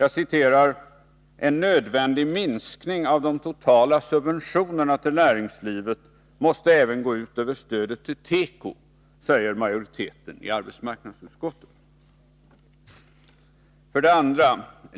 ”En nödvändig minskning av de totala subventionerna till näringslivet måste även gå ut över stödet till tekoindustrin”, säger majoriteten i arbetsmarknadsutskottet. 2.